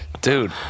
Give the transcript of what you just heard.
Dude